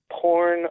porn